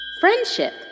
Friendship